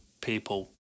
people